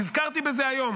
נזכרתי בזה היום.